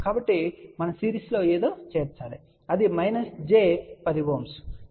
కాబట్టి మనం సిరీస్లో ఏదో చేర్చాలి అది j 10Ω